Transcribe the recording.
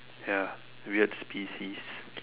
ya weird species